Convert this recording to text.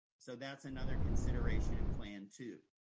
so that's another consideration in plan too.